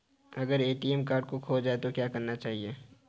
अगर ATM card खो जाए तो क्या करना चाहिए?